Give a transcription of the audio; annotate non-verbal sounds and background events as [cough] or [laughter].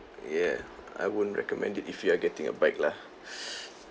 yeah I wouldn't recommend it if you're getting a bike lah [breath]